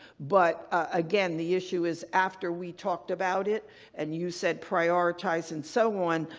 but again, the issue is after we talked about it and you said prioritize and so on,